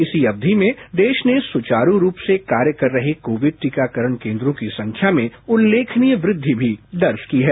इसी अवधि में देश ने सुचारु रूप से कार्य कर रहे कोविड टीकाकरण केंद्रों की संख्या में उल्लेखनीय वृद्धि भी दर्ज की है